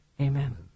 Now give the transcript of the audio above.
Amen